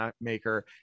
maker